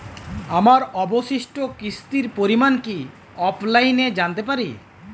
আমার অবশিষ্ট কিস্তির পরিমাণ কি অফলাইনে জানতে পারি?